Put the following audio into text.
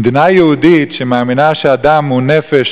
במדינה יהודית שמאמינה שאדם הוא נפש,